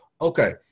okay